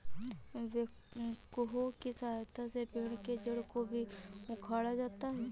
backhoe की सहायता से पेड़ के जड़ को भी उखाड़ा जाता है